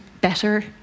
better